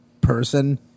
person